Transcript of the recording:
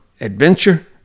adventure